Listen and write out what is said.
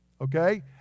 Okay